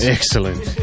Excellent